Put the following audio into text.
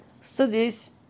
Studies